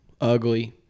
ugly